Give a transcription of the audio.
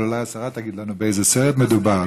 אבל אולי השרה תגיד לנו באיזה סרט מדובר,